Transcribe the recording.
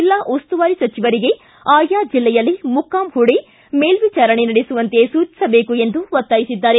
ಜಿಲ್ಲಾ ಉಸ್ತುವಾರಿ ಸಚಿವರಿಗೆ ಆಯಾ ಜಿಲ್ಲೆಯಲ್ಲೇ ಮುಕ್ಕಾಂ ಹೂಡಿ ಮೇಲ್ವಿಚಾರಣೆ ನಡೆಸುವಂತೆ ಸೂಚಿಸಬೇಕು ಎಂದು ಒತ್ತಾಯಿಸಿದ್ದಾರೆ